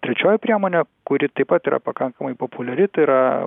trečioji priemonė kuri taip pat yra pakankamai populiari tai yra